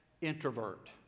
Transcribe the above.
introvert